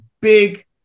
big –